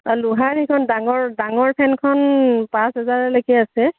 লোহাৰ সেইখন ডাঙৰ ডাঙৰ ফেনখন পাঁচ হেজাৰলৈকে আছে